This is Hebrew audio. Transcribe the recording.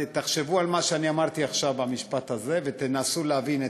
תחשבו על מה שאני אמרתי עכשיו במשפט הזה ותנסו להבין: